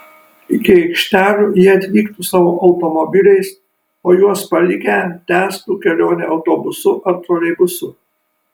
iki aikštelių jie atvyktų savo automobiliais o juos palikę tęstų kelionę autobusu ar troleibusu